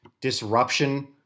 disruption